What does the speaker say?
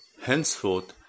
Henceforth